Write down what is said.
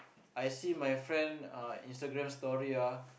I see my friend uh Instagram story ah